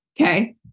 Okay